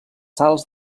sals